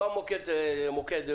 זה לא מוקד בחירום.